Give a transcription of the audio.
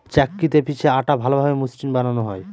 চাক্কিতে পিষে আটা ভালোভাবে মসৃন বানানো হয়